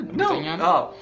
no